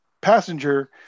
passenger